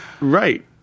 Right